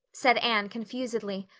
said anne confusedly.